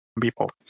people